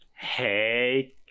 Hey